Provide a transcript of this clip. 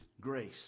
grace